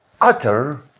utter